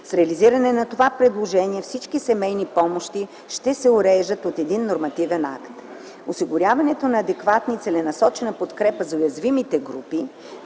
С реализиране на това предложение всички семейни помощи ще се уреждат от един нормативен акт. Осигуряването на адекватна и целенасочена подкрепа за уязвимите групи,